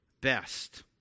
best